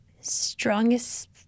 strongest